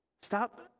Stop